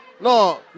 No